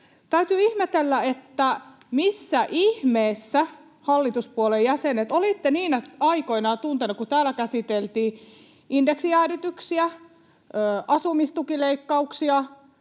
Täytyy ihmetellä, että missä ihmeessä hallituspuolueen jäsenet olitte niinä aikoina ja tunteina, kun täällä käsiteltiin indeksijäädytyksiä, asumistukileikkauksia,